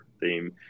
theme